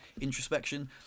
introspection